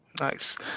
Nice